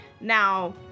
now